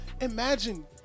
imagine